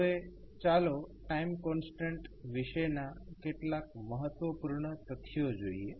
હવે ચાલો time constant વિશેના કેટલાક મહત્વપૂર્ણ તથ્યો જોઈએ